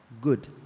Good